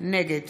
נגד